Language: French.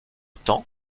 temps